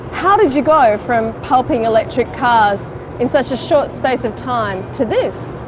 how did you go from pulping electric cars in such a short space of time, to this?